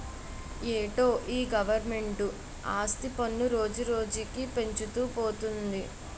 ఏటో ఈ గవరమెంటు ఆస్తి పన్ను రోజురోజుకీ పెంచుతూ పోతంది